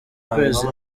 ukwezi